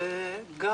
גם